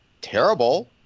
terrible